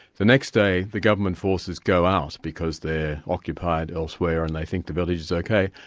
the next day the government forces go out, because they're occupied elsewhere and they think the village is ok.